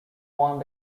one